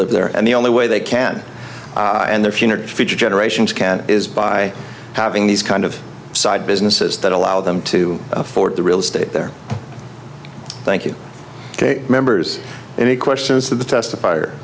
live there and the only way they can and their future generations can is by having these kind of side businesses that allow them to afford the real estate there thank you members any questions that the testif